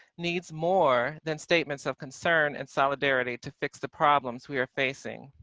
needs more than statements of concern and solidarity to fix the problems we are facing.